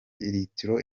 litiro